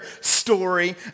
story